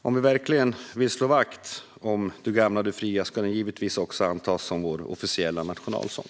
Om vi verkligen vill slå vakt om Du gamla, du fria ska den givetvis också antas som vår officiella nationalsång.